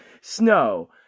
snow